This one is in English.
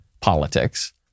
politics